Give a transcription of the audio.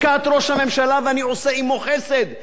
ואני עושה עמו חסד כשאני מדבר על לשכת